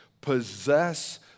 Possess